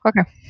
Okay